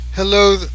Hello